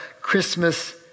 Christmas